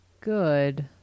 good